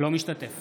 אינו משתתף